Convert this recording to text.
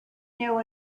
know